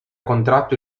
contratto